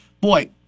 boy